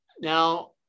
Now